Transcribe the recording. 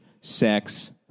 sex